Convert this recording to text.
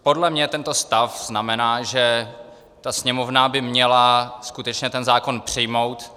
Podle mě tento stav znamená, že Sněmovna by měla skutečně ten zákon přijmout.